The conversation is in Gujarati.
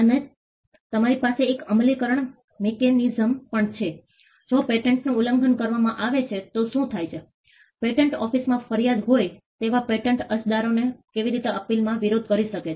અને તમારી પાસે એક અમલીકરણ મિકેનિઝમ પણ છે જો પેટન્ટનું ઉલ્લંઘન કરવામાં આવે તો શું થાય છે પેટન્ટ ઓફિસમાં ફરિયાદ હોય તેવા પેટન્ટ અરજદારો કેવી રીતે અપીલમાં વિરોધ કરી શકે છે